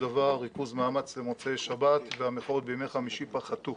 דבר ריכוז מאמץ של מוצאי שבת והמחאות בימי חמישי פחתו.